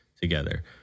together